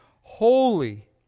holy